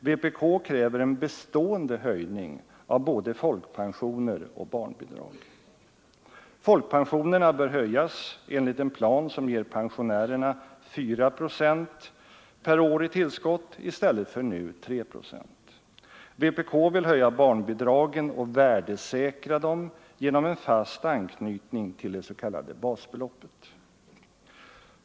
Vpk kräver en bestående höjning av både folkpensioner och barnbidrag. Folkpensionerna bör höjas enligt en plan som ger pensionärerna 4 procent per år i tillskott i stället för som nu 3 procent. Vpk vill höja barnbidragen och värdesäkra dem genom en fast anknytning till det s.k. basbeloppet.